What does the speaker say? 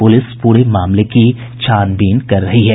police पूरे मामले की छानबीन कर रही है